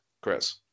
Chris